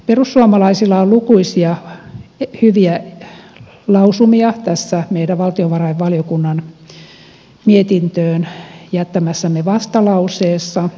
perussuomalaisilla on lukuisia hyviä lausumia tässä meidän valtiovarainvaliokunnan mietintöön jättämässämme vastalauseessa